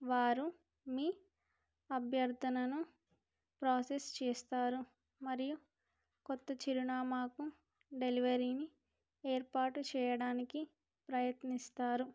వారు మీ అభ్యర్థనను ప్రాసెస్ చేస్తారు మరియు కొత్త చిరునామాకు డెలివరీని ఏర్పాటు చేయడానికి ప్రయత్నిస్తారు